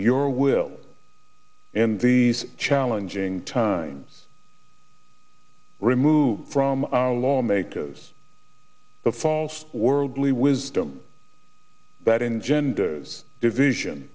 your will and these challenging times remove from our lawmakers the false worldly wisdom that engender division